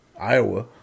Iowa